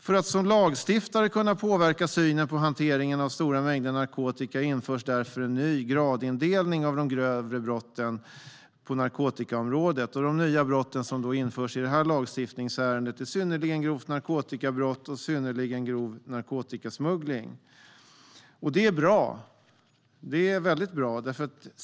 För att som lagstiftare kunna påverka synen på hanteringen av stora mängder narkotika införs nu därför en ny gradindelning av de grövre brotten på narkotikaområdet. De nya brott som införs genom lagstiftningsärendet är synnerligen grovt narkotikabrott och synnerligen grov narkotikasmuggling. Det är väldigt bra.